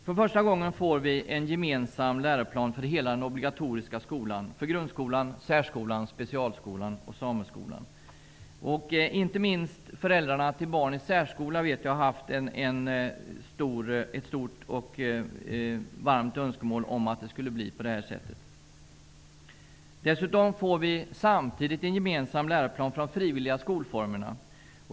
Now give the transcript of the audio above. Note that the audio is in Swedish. För första gången får vi en gemensam läroplan för hela den obligatoriska skolan: grundskolan, särskolan, specialskolan och sameskolan. Inte minst föräldrarna till barn i särskolan vet jag har haft ett stort och varmt önskemål om att det skulle bli en gemensam läroplan. Dessutom får vi samtidigt en gemensam läroplan för de frivilliga skolformerna.